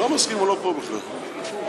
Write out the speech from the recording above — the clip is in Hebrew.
הוא לא פה בכלל.